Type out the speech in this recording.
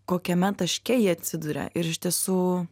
kokiame taške jie atsiduria ir iš tiesų